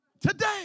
Today